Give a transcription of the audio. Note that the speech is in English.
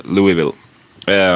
Louisville